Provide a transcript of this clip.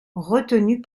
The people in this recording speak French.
retenus